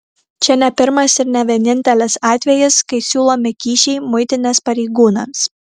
čia ne pirmas ir ne vienintelis atvejis kai siūlomi kyšiai muitinės pareigūnams